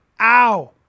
Ow